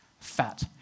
Fat